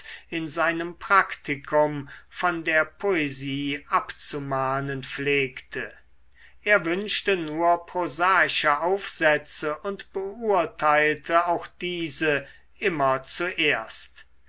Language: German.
in seinem praktikum von der poesie abzumahnen pflegte er wünschte nur prosaische aufsätze und beurteilte auch diese immer zuerst